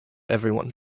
everyone